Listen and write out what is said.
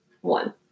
one